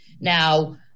Now